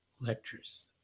lectures